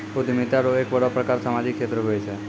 उद्यमिता रो एक बड़ो प्रकार सामाजिक क्षेत्र हुये छै